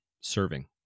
serving